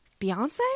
Beyonce